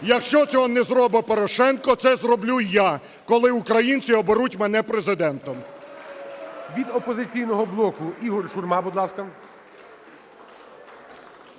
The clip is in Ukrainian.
Якщо цього не зробить Порошенко, це зроблю я, коли українці оберуть мене президентом. ГОЛОВУЮЧИЙ. Від "Опозиційного блоку" Ігор Шурма, будь ласка.